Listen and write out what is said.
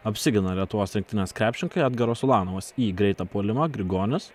apsigina lietuvos rinktinės krepšininkai edgaras ulanovas į greitą puolimą grigonis